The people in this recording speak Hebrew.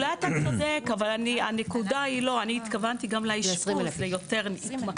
--- אנחנו שילמנו את ה-400 שקל.